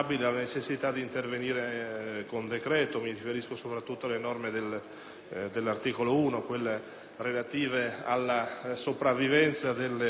Mi riferisco soprattutto alle norme dell'articolo 1, relative alla sopravvivenza delle autorità di bacino.